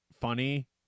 funny